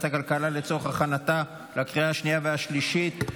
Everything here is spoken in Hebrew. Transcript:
הכלכלה לצורך הכנתה לקריאה השנייה והשלישית.